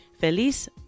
feliz